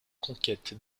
conquête